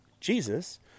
Jesus